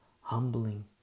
humbling